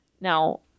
now